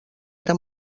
era